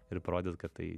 ir parodyt kad tai